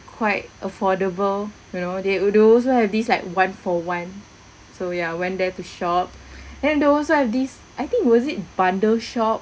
quite affordable you know they they also have these like one for one so ya went there to shop then they also have this I think was it bundle shop